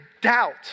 doubt